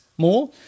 more